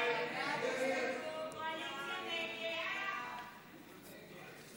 ההסתייגות של קבוצת סיעת המחנה הציוני,